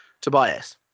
Tobias